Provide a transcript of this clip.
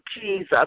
Jesus